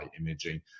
imaging